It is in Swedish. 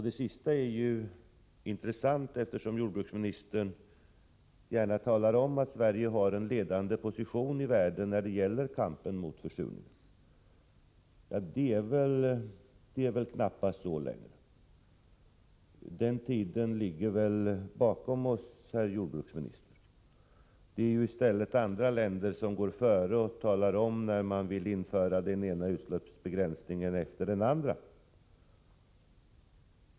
Det sistnämnda är ju intressant eftersom jordbruksministern gärna talar om att Sverige har en ledande position i världen när det gäller kampen mot försurningen. Det är knappast så längre. Den tiden ligger väl bakom oss, herr jordbruksminister. Det är i stället andra länder som går före och talar om när man vill införa den ena utsläppsbegränsningen efter den andra.